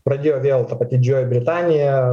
pradėjo vėl ta pati džioji britanija